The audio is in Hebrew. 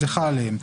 זה חל עליהם,